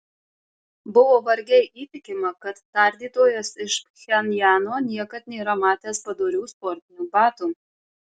buvo vargiai įtikima kad tardytojas iš pchenjano niekad nėra matęs padorių sportinių batų